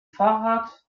fahrrad